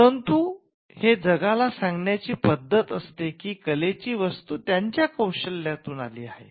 परंतु हे जगाला सांगण्याची पद्धत असते की कलेची वस्तू त्याच्या कौशल्यातून आलेली आहे